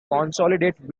consolidated